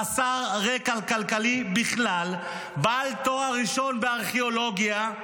חסר רקע כלכלי בכלל, בעל תואר ראשון בארכיאולוגיה,